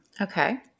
Okay